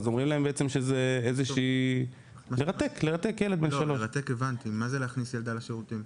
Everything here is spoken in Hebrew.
אמרו להם שזה --- מה זה להכניס ילדה לשירותים?